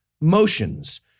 motions